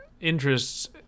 interests